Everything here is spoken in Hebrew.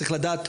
צריך לדעת,